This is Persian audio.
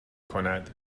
کند